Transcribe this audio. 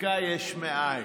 חקיקה יש מאין,